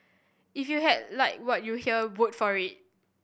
if you had like what you hear vote for it